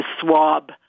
swab